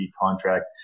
contract